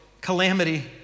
calamity